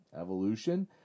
Evolution